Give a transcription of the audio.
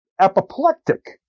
apoplectic